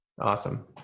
Awesome